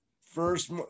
first